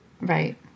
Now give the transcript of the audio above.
Right